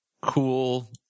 cool